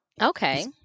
Okay